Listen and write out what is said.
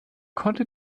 konnte